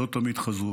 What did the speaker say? לא תמיד חזרו.